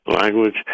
language